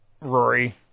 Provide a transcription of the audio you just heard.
Rory